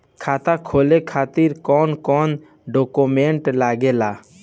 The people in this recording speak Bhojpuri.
खाता खोले खातिर कौन कौन डॉक्यूमेंट लागेला?